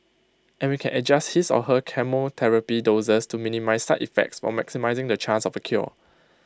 and we can adjust his or her chemotherapy doses to minimise side effects while maximising the chance of A cure